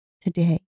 today